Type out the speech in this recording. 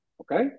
Okay